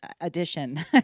edition